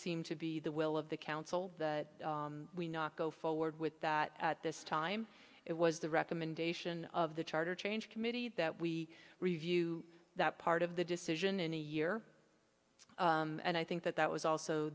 seemed to be the will of the council that we not go forward with that at this time it was the recommendation of the charter change committee that we review that part of the decision in a year and i think that that was also